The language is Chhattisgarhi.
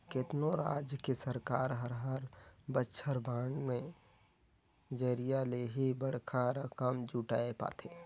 केतनो राज के सरकार हर हर बछर बांड के जरिया ले ही बड़खा रकम जुटाय पाथे